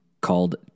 called